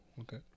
Okay